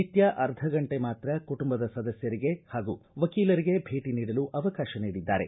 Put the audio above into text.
ನಿತ್ಯ ಅರ್ಧ ಗಂಟೆ ಮಾತ್ರ ಕುಟುಂಬದ ಸದಸ್ಟರಿಗೆ ಹಾಗೂ ವಕೀಲರಿಗೆ ಭೇಟ ನೀಡಲು ಅವಕಾಶ ನೀಡಿದ್ದಾರೆ